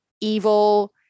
evil